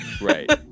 right